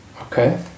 Okay